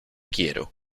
quiero